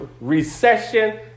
recession